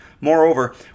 Moreover